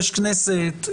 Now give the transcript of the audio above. יש כנסת,